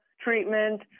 treatment